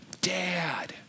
dad